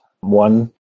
One